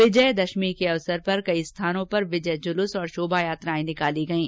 विजयादशमी के अवसर पर कई स्थानों पर विजय जुलूस और शोभायात्राएं भी निकाली गईं